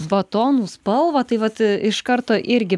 batonų spalvą tai vat iš karto irgi